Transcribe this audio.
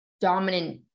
dominant